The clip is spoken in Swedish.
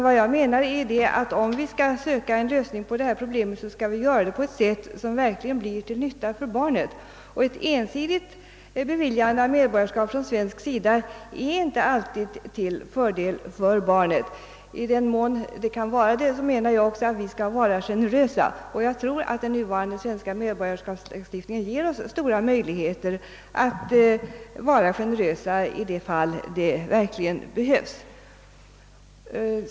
Vad jag menar är att om vi skall söka en lösning på detta problem skall vi göra det på ett sätt som verkligen blir till nytta för barnet. Och ett ensidigt beviljande av medborgarskap från svensk sida är inte alltid till fördel för barnet. I den mån det kan vara det bör vi vara generösa, och jag tror att den nya svenska medborgarskapslagstiftningen ger oss stora möjligheter att vara generösa i de fall det verkligen behövs.